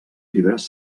llibres